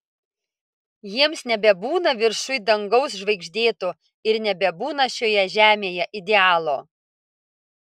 jiems nebebūna viršuj dangaus žvaigždėto ir nebebūna šioje žemėje idealo